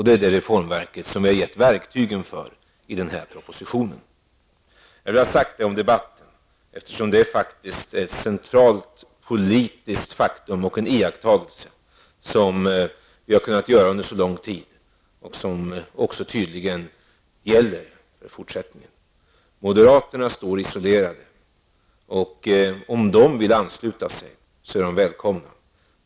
Det är det reformverket som vi har gett verktygen för i den här propositionen. Jag har velat säga detta om debatten, eftersom detta faktiskt är ett centralt politiskt faktum och en iakttagelse som vi har kunnat göra under så lång tid och som tydligen också gäller för fortsättningen. Moderaterna står isolerade, men om de vill ansluta sig är de välkomna.